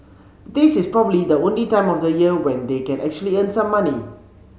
this is probably the only time of the year when they can actually earn some money